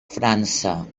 frança